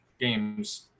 games